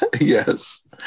yes